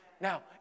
Now